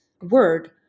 word